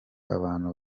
abantu